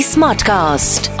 Smartcast